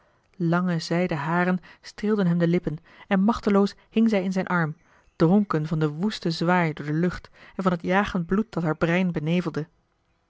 lange zijden haren streelden hem de lippen en machteloos hing zij in zijn arm dronken van den woesten zwaai door de lucht en van het jagend bloed dat haar brein